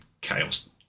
chaos